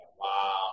Wow